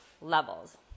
levels